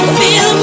feel